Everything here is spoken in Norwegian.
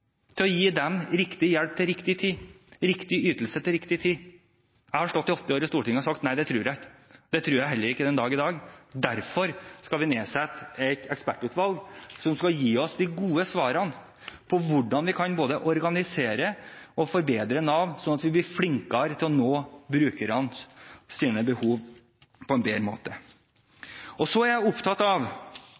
til å gi dem riktig hjelp, riktig ytelse, til riktig tid? Jeg har ofte stått her i Stortinget og sagt nei, det tror jeg ikke. Det tror jeg heller ikke den dag i dag. Derfor skal vi nedsette et ekspertutvalg, som skal gi oss de gode svarene på hvordan vi kan både organisere og forbedre Nav, slik at vi blir flinkere til å møte brukernes behov på en bedre måte. Jeg er opptatt av